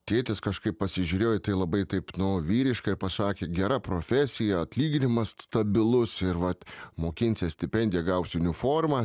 tėtis kažkaip pasižiūrėjo į tai labai taip nu vyriškai pasakė gera profesija atlyginimas stabilus ir vat mokinsies stipendiją gausi uniformą